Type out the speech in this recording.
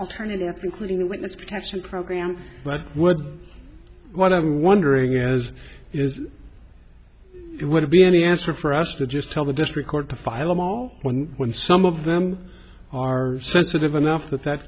alternatives including the witness protection program but would what i'm wondering as is it would be any answer for us to just tell the district court to file a mall one when some of them are sensitive enough that that